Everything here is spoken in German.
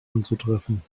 anzutreffen